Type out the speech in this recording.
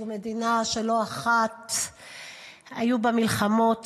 זו מדינה שלא אחת היו בה מלחמות,